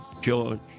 George